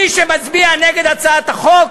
מי שמצביע נגד הצעת החוק